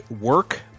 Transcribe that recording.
work